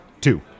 two